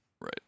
Right